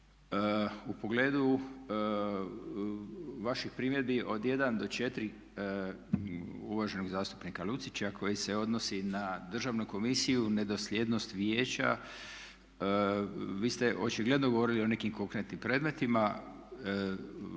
U pogledu vaših primjedbi od 1 do 4 uvaženog zastupnika Lucića koji se odnosi na Državnu komisiju ne dosljednost vijeća. Vi ste očigledno govorio o nekim konkretnim predmetima.